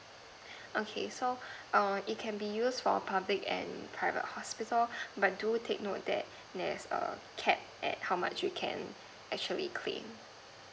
okay so err it can be used for public and private hospital but do take note that there's a cap at how much you can actually claim